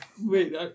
Wait